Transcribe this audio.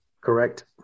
Correct